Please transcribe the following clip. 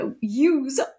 use